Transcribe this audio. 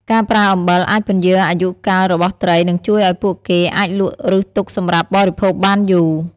ការប្រើអំបិលអាចពន្យារអាយុកាលរបស់ត្រី និងជួយឱ្យពួកគេអាចលក់ឬទុកសម្រាប់បរិភោគបានយូរ។